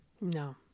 No